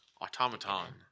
Automaton